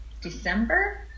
December